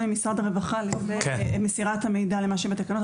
משרד הרווחה לגבי מסירת המידע למה שבתקנות.